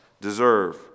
deserve